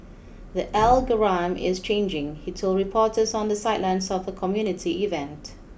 the algorithm is changing he told reporters on the sidelines of a community event